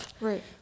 Right